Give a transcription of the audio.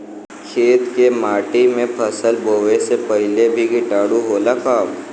खेत के माटी मे फसल बोवे से पहिले भी किटाणु होला का?